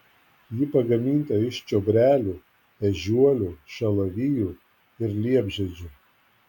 ji pagaminta iš čiobrelių ežiuolių šalavijų ir liepžiedžių